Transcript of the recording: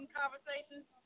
conversations